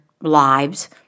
lives